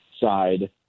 side